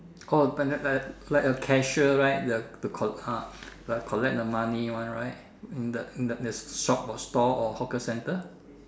oh like the like a cashier right the the col~ ah like collect the money one right in the in the shop or stall or hawker center